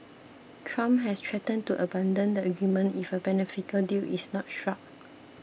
Trump has threatened to abandon the agreement if a beneficial deal is not struck